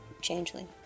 changeling